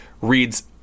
reads